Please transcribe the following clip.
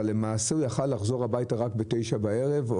אבל למעשה יכול היה לחזור הביתה רק ב-9 בערב,